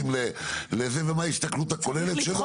ומה ההסתכלות הכוללת שלו?